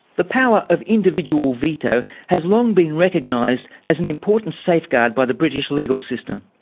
the power of individual veto has long been recognised as an important safeguard by the british legal system.